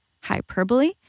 hyperbole